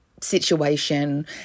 situation